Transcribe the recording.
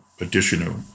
additional